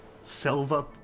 silver